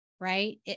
Right